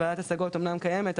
ועדת ההשגות אמנם קיימת,